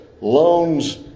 loans